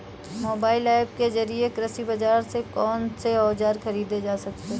Mobile app के जरिए कृषि बाजार से कौन से औजार ख़रीदे जा सकते हैं?